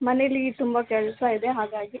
ಮನೆಯಲ್ಲಿ ತುಂಬ ಕೆಲಸ ಇದೆ ಹಾಗಾಗಿ